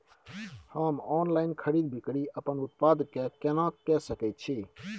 हम ऑनलाइन खरीद बिक्री अपन उत्पाद के केना के सकै छी?